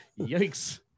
Yikes